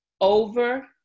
over